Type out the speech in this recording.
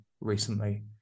recently